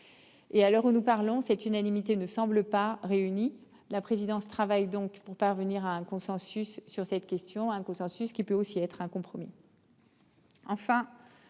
Et à l'heure où nous parlons cette unanimité ne semblent pas réunies, la présidence travaille donc pour parvenir à un consensus sur cette question un consensus qui peut aussi être un compromis.